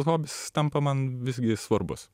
hobis tampa man visgi svarbus